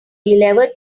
ever